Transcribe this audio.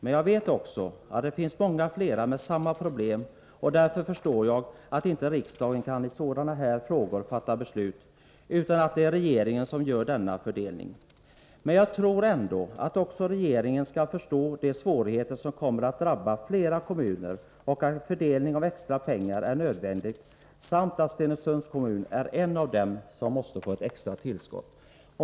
Men jag vet också att det finns många fler med samma problem, och därför förstår jag att riksdagen i sådana här frågor inte kan fatta beslut utan att det är regeringen som gör denna fördelning. Men jag tror ändå att också regeringen skall förstå de svårigheter som kommer att drabba flera kommuner och att en fördelning av extra pengar är nödvändig samt att Stenungsunds kommun är en av dem som måste få ett extra tillskott.